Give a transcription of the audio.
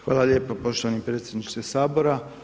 Hvala lijepa poštovani predsjedniče Sabora.